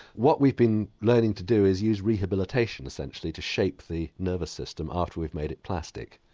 what we've been learning to do is use rehabilitation essentially to shape the nervous system after we've made it plastic.